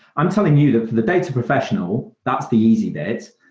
i'm telling you that the data professional, that's the easy bit.